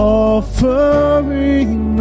offering